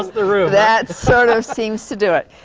the room. that sort of seems to do it.